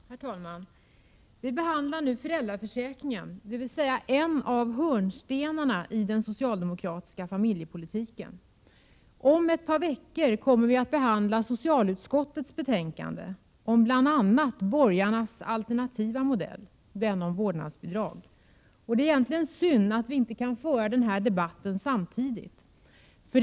Herr talman! Vi behandlar nu föräldraförsäkringen, dvs. en av hörnstenarna i den socialdemokratiska familjepolitiken. Om ett par veckor kommer vi att behandla socialutskottets betänkande om bl.a. borgarnas alternativa modell, den om vårdnadsbidrag. Det är egentligen synd att vi inte kan föra den debatten samtidigt.